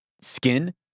skin